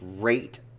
great